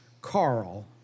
Carl